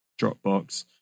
Dropbox